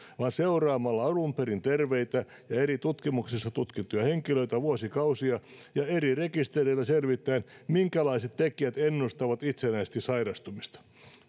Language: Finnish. vaan seuraamalla vuosikausia alun perin terveitä ja ja eri tutkimuksissa tutkittuja henkilöitä ja selvittämällä eri rekistereillä minkälaiset tekijät ennustavat itsenäisesti sairastumista